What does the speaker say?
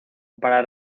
para